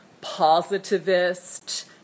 positivist